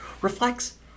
reflects